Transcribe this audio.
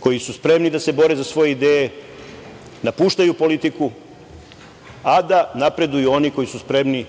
koji su spremni da se bore za svoje ideje, napuštaju politiku, a da napreduju oni koji su spremni